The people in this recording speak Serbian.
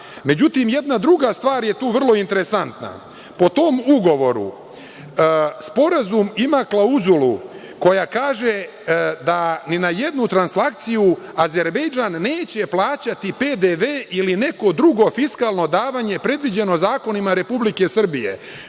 Međutim, jedna druga stvar je tu vrlo interesantna. Po tom ugovoru, sporazum ima klauzulu koja kaže da ni na jednu transakciju Azerbejdžan neće plaćati PDV ili neko drugo fiskalno davanje predviđeno zakonima Republike Srbije.